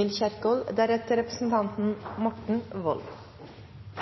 organiserer sykehusene våre, er